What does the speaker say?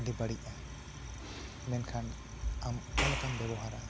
ᱟᱹᱰᱤ ᱵᱟᱲᱤᱜᱼᱟ ᱢᱮᱱᱠᱷᱟᱱ ᱟᱢ ᱚᱠᱟᱞᱮᱠᱟᱢ ᱵᱮᱣᱦᱟᱨᱟ